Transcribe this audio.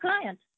client